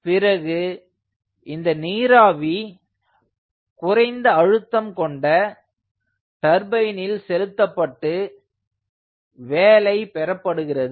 பிறகு இந்த நீராவி குறைந்த அழுத்தம் கொண்ட டர்பைனில் செலுத்தப்பட்டு வேலை பெறப்படுகிறது